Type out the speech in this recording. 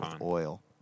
oil